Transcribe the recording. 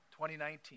2019